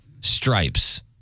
stripes